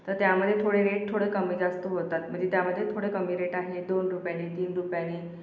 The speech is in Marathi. तर त्यामध्ये थोडे रेट थोडं कमीजास्त होतात म्हणजे त्यामध्ये थोडं कमी रेट आहे दोन रुपयानी तीन रुपयानी